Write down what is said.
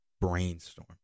brainstorm